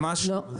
ממש לא.